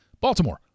Baltimore